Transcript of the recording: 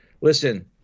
listen